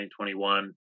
2021